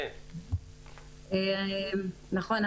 נכון,